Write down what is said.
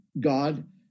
God